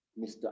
Mr